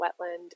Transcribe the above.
wetland